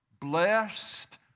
blessed